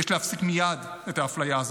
יש להפסיק מייד את האפליה הזאת.